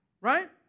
Right